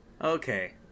Okay